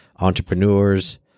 entrepreneurs